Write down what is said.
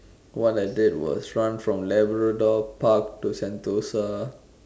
what I did was run from Labrador park to Sentosa